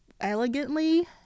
elegantly